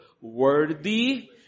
worthy